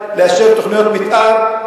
לאשר תוכניות מיתאר,